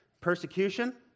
Persecution